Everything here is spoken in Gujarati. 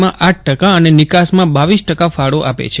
માં આઠ ટકા અને નિકાસમાં બાવીસ ટકા ફાળો આપે છે